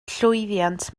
llwyddiant